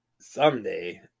Someday